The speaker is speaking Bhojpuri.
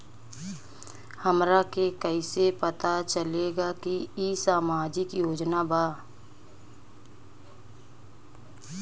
हमरा के कइसे पता चलेगा की इ सामाजिक योजना बा?